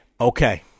Okay